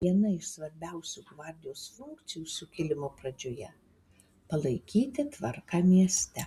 viena iš svarbiausių gvardijos funkcijų sukilimo pradžioje palaikyti tvarką mieste